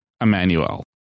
Emmanuel